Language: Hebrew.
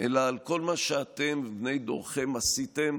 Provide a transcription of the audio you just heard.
אלא על כל מה שאתם ובני דורכם עשיתם